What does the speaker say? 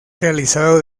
realizado